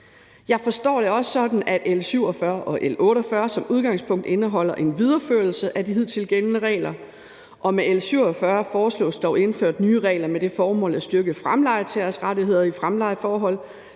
Jeg forstår det også sådan, at L 47 og L 48 som udgangspunkt indeholder en videreførelse af de hidtil gældende regler; med L 47 foreslås dog indført nye regler med det formål at styrke fremlejetagers rettigheder i fremlejeforhold,